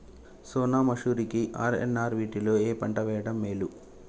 సోనా మాషురి కి ఆర్.ఎన్.ఆర్ వీటిలో ఏ పంట వెయ్యడం మేలు?